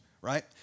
right